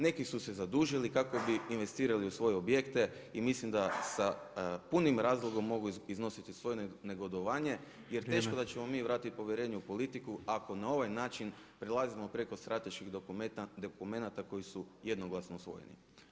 Neki su se zadužili kako bi investirali u svoje objekte i mislim da sa punim razlogom mogu iznositi svoje negodovanje jer teško da ćemo mi vratiti povjerenje u politiku ako na ovaj način prelazimo preko strateških dokumenata koji su jednoglasno usvojeni.